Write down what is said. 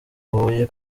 huye